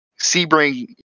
Sebring